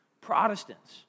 Protestants